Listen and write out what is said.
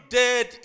dead